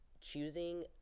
choosing –